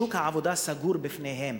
שוק העבודה סגור בפניהם.